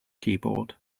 keyboard